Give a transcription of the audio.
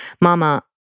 mama